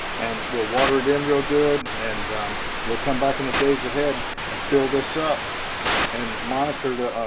and we'll water it in real good and we'll come back in the days ahead and fill this up and monitor the